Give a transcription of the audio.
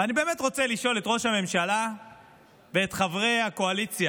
ואני באמת רוצה לשאול את ראש הממשלה ואת חברי הקואליציה: